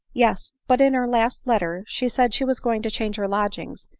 yes but in her last letter she said she was going to change her lodgings,